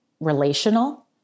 Relational